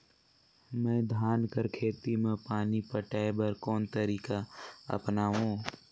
मैं धान कर खेती म पानी पटाय बर कोन तरीका अपनावो?